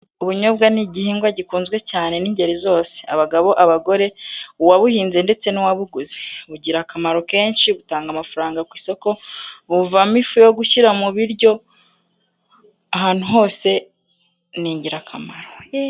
Ubunyobwa ni igihingwa gikunzwe cyane n'ingeri zose: abagabo, abagore, uwabuhinze ndetse n'uwabuguze. Bugira akamaro kenshi: butanga amafaranga ku isoko, buvamo ifu yo gushyira mu biryo, ahantu hose ni ingirakamaro.